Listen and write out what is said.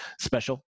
special